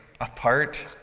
apart